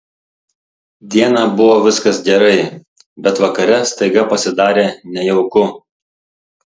dieną buvo viskas gerai bet vakare staiga pasidarė nejauku